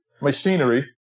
machinery